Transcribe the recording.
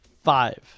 Five